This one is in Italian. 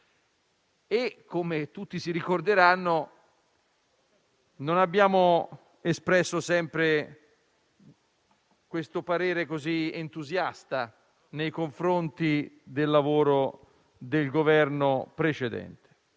Come tutti ricorderanno, non abbiamo espresso sempre un parere così entusiasta nei confronti del lavoro del precedente